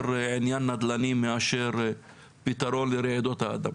עניין נדל"ני מאשר פתרון לרעידות האדמה.